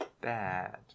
Bad